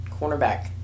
cornerback